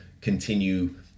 continue